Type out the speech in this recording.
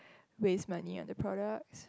waste money on the products